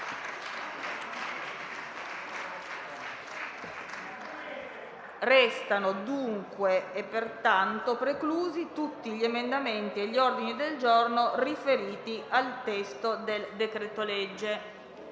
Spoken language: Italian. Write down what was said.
Risultano pertanto preclusi tutti gli emendamenti e gli ordini del giorno riferiti al testo del decreto-legge